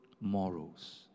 morals